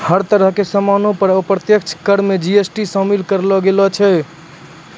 हर तरह के सामानो पर अप्रत्यक्ष कर मे जी.एस.टी शामिल करलो जाय छै